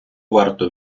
варто